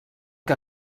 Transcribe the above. que